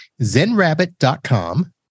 zenrabbit.com